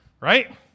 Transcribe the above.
right